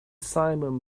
simum